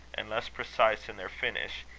and less precise in their finish,